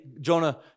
Jonah